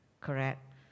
Correct